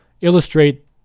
illustrate